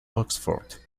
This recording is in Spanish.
oxford